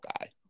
guy